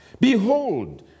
Behold